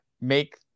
Make